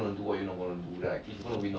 keep the off laner inside the lane